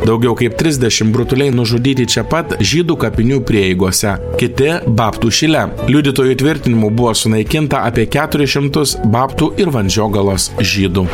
daugiau kaip trisdešim brutaliai nužudyti čia pat žydų kapinių prieigose kiti babtų šile liudytojų tvirtinimu buvo sunaikinta apie keturis šimtus babtų ir vandžiogalos žydų